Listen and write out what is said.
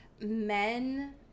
men